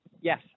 Yes